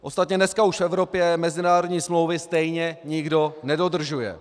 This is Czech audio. Ostatně dneska už v Evropě mezinárodní smlouvy stejně nikdo nedodržuje.